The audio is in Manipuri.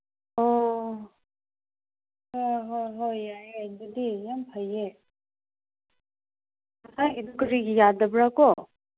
ꯑꯣ ꯍꯣꯏ ꯍꯣꯏ ꯍꯣꯏ ꯌꯥꯏꯌꯦ ꯑꯗꯨꯗꯤ ꯌꯥꯝ ꯐꯩꯌꯦ ꯑꯩꯒꯤꯗꯨ ꯀꯔꯤꯒꯤ ꯌꯥꯗꯕ꯭ꯔꯥꯀꯣ